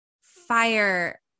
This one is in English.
fire